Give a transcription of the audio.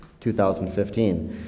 2015